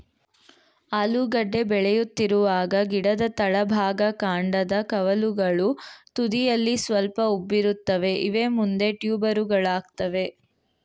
ಆಲೂಗೆಡ್ಡೆ ಬೆಳೆಯುತ್ತಿರುವಾಗ ಗಿಡದ ತಳಭಾಗ ಕಾಂಡದ ಕವಲುಗಳು ತುದಿಯಲ್ಲಿ ಸ್ವಲ್ಪ ಉಬ್ಬಿರುತ್ತವೆ ಇವೇ ಮುಂದೆ ಟ್ಯೂಬರುಗಳಾಗ್ತವೆ